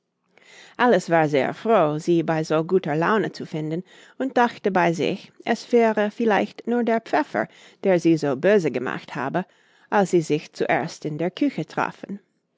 alice war sehr froh sie bei so guter laune zu finden und dachte bei sich es wäre vielleicht nur der pfeffer der sie so böse gemacht habe als sie sich zuerst in der küche trafen